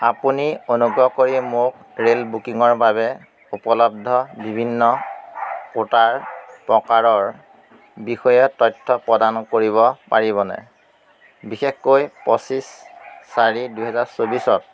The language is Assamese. আপুনি অনুগ্ৰহ কৰি মোক ৰে'ল বুকিঙৰ বাবে উপলব্ধ বিভিন্ন কোটাৰ প্ৰকাৰৰ বিষয়ে তথ্য প্ৰদান কৰিব পাৰিবনে বিশেষকৈ পঁচিছ চাৰি দুহেজাৰ চৌব্বিছত